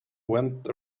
went